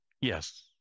yes